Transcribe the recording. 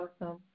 awesome